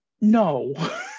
No